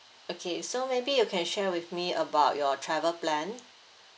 okay so maybe you can share with me about your travel plan